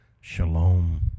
Shalom